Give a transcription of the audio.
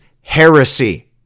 heresy